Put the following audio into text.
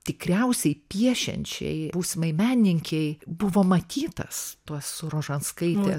tikriausiai piešiančiai būsimai menininkei buvo matytas tuos su rožanskaite